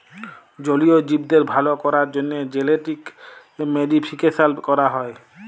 জলীয় জীবদের ভাল ক্যরার জ্যনহে জেলেটিক মডিফিকেশাল ক্যরা হয়